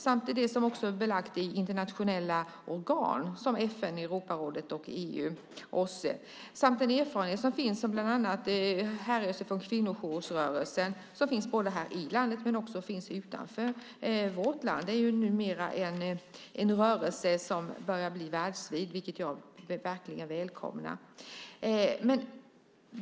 Det är också belagt i internationella organ som FN, Europarådet, EU och OSSE. Det finns också en erfarenhet som härrör sig från bland annat kvinnojoursrörelsen. Den finns både här i landet och utanför vårt land. Det är numera en rörelse som börjar bli världsvid, vilket jag välkomnar.